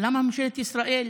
למה ממשלת ישראל,